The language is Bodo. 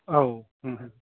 औ